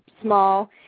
small